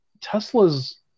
Tesla's